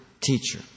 teacher